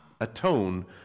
atone